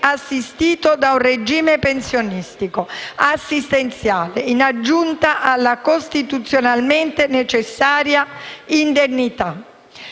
assistito da un regime pensionistico assistenziale in aggiunta alla costituzionalmente necessaria indennità.